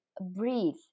breathe